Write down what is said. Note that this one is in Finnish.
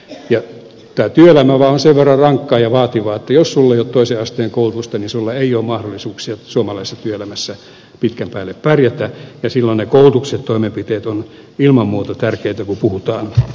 tämä työelämä vaan on sen verran rankkaa ja vaativaa että jos sinulla ei ole toisen asteen koulutusta niin sinulla ei ole mahdollisuuksia suomalaisessa työelämässä pitkän päälle pärjätä ja silloin ne koulutustoimenpiteet ovat ilman muuta tärkeitä kun puhutaan työllistämisestä